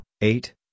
eight